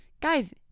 Guys